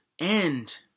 end